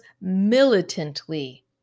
militantly